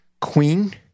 Queen